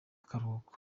akaruhuko